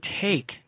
take